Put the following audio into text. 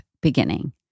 beginning